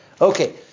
Okay